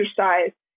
exercise